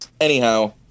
anyhow